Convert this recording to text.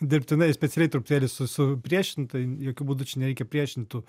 dirbtinai specialiai truputėlį su su priešintai jokiu būdu čia nereikia priešint tų